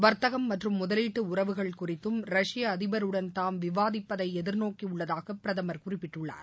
வர்த்தகம் மற்றும் முதலீட்டு உறவுகள் குறித்தும் ரஷ்ய அதிபருடன் தாம் விவாதிப்பதை எதிர்நோக்கி உள்ளதாக பிரதமர் குறிப்பிட்டுள்ளார்